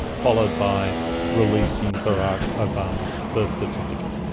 followed by releasing barack obama's birth certificate.